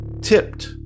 tipped